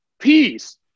peace